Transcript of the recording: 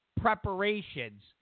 preparations